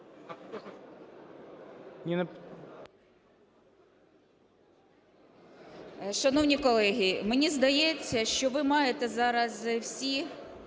Шановні колеги, мені здається, що ви маєте зараз всі